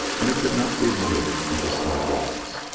and it could not be moulded into snowballs.